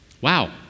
Wow